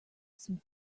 some